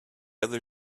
other